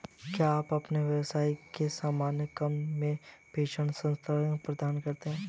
क्या आप अपने व्यवसाय के सामान्य क्रम में प्रेषण स्थानान्तरण प्रदान करते हैं?